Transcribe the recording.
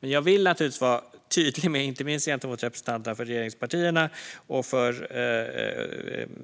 Jag vill vara tydlig inte minst mot representanterna för regeringspartierna och för